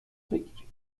بگیریم